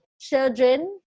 children